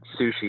sushi